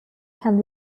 can